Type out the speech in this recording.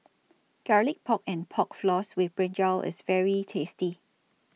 Garlic Pork and Pork Floss with Brinjal IS very tasty